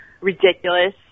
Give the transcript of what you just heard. ridiculous